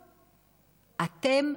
אתם,